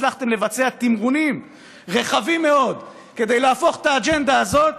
והצלחתם לבצע תמרונים רחבים מאוד כדי להפוך את האג'נדה הזאת